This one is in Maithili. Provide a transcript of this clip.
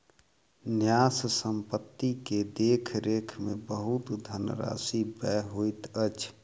न्यास संपत्ति के देख रेख में बहुत धनराशि व्यय होइत अछि